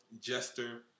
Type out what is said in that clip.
jester